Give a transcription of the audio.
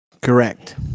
Correct